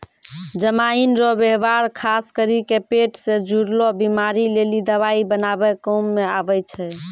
जमाइन रो वेवहार खास करी के पेट से जुड़लो बीमारी लेली दवाइ बनाबै काम मे आबै छै